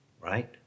Right